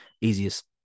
Easiest